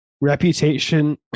reputation